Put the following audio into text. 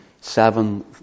seven